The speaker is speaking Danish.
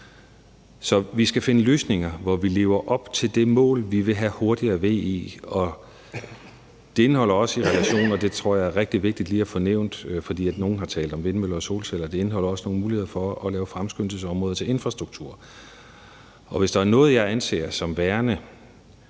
Så vi skal finde løsninger, hvor vi lever op til målet at få hurtigere VE. Det indeholder også – og det tror jeg er rigtig vigtigt lige at få nævnt, for nogle har talt om vindmøller og solceller – nogle muligheder for at lave fremskyndelsesområder for infrastruktur. Og hvis der er noget, jeg anser som værende